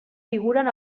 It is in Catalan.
figuren